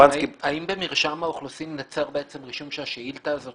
האם במרשם האוכלוסין נוצר בעצם רישום שהשאילתה הזאת